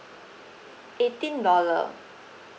eighteen dollar